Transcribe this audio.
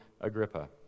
Agrippa